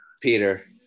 peter